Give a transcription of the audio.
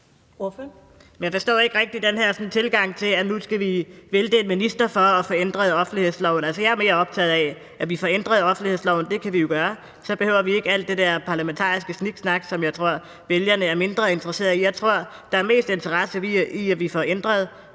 Jeg forstår ikke rigtig den her tilgang, at nu skal vi vælte en minister for at få ændret offentlighedsloven. Jeg er mere optaget af, at vi får ændret offentlighedsloven, og det kan vi jo gøre. Så behøver vi ikke alt det der parlamentariske sniksnak, som jeg tror vælgerne er mindre interesserede i. Jeg tror, der er mest interesse i, at vi får ændret